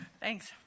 Thanks